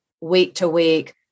week-to-week